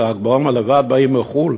בל"ג בעומר לבד באים מחו"ל